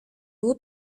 nur